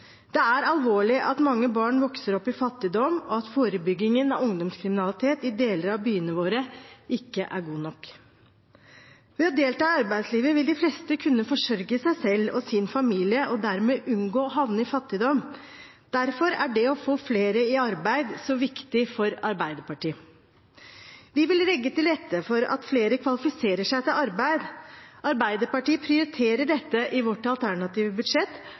Det er alvorlig at mange barn vokser opp i fattigdom, og at forebyggingen av ungdomskriminalitet i deler av byene våre ikke er god nok. Ved å delta i arbeidslivet vil de fleste kunne forsørge seg selv og sin familie og dermed unngå å havne i fattigdom. Derfor er det å få flere i arbeid så viktig for Arbeiderpartiet. Vi vil legge til rette for at flere kvalifiserer seg til arbeid. Arbeiderpartiet prioriterer dette i sitt alternative budsjett,